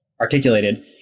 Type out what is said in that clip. articulated